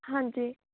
ਹਾਂਜੀ